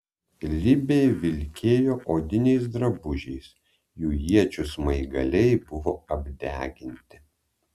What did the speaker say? libiai vilkėjo odiniais drabužiais jų iečių smaigaliai buvo apdeginti